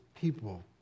people